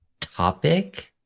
topic